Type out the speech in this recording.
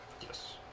Yes